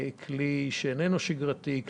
כלי שאיננו שגרתי,